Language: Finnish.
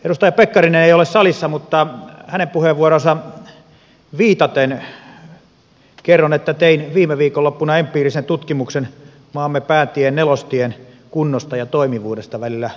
edustaja pekkarinen ei ole salissa mutta hänen puheenvuoroonsa viitaten kerron että tein viime viikonloppuna empiirisen tutkimuksen maamme päätien nelostien kunnosta ja toimivuudesta välillä rovaniemiorimattila